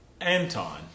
Anton